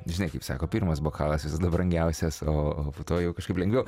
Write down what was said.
žinai kaip sako pirmas bokalas visada brangiausias o po to jau kažkaip lengviau